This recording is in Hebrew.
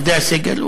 עובדי הסגל,